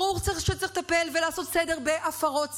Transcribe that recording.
ברור שצריך לטפל ולעשות סדר בהפרות סדר.